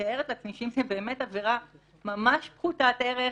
שום מב"ד לא פוסל.